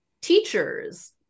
teachers